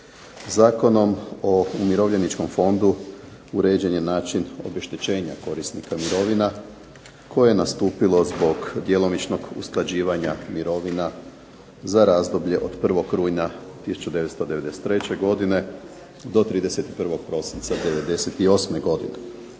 Zakonom o Umirovljeničkom fondu uređen je način obeštećenja korisnika mirovina koje je nastupilo zbog djelomičnog usklađivanja mirovina za razdoblje od 1. rujna 1993. godine do 31. prosinca '98. godine.